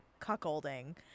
cuckolding